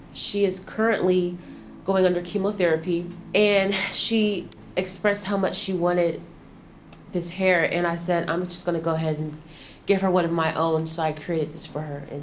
she is currently going under chemotherapy and she expressed how much she wanted this hair and i said i'm just gonna go ahead and give her one of my own. so i created this for her.